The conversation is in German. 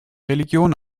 religion